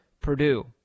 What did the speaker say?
Purdue